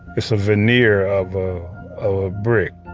it's a veneer of a a brick